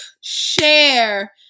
share